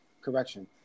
Correction